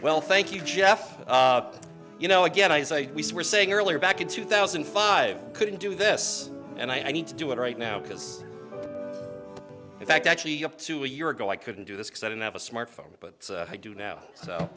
well thank you jeff you know again i say we were saying earlier back in two thousand and five couldn't do this and i need to do it right now because in fact actually up to a year ago i couldn't do this because i didn't have a smartphone but i do now